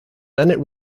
bennett